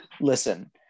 listen